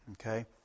Okay